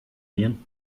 igen